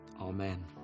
Amen